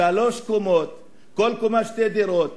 שלוש קומות, כל קומה שתי דירות.